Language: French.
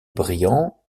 briand